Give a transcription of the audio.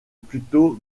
plutôt